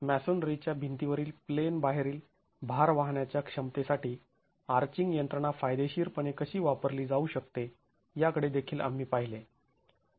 मॅसोनरीच्या भिंतीवरील प्लेन बाहेरील भार वाहण्याच्या क्षमतेसाठी आर्चींग यंत्रणा फायदेशीर पणे कशी वापरली जाऊ शकते याकडे देखील आम्ही पाहिले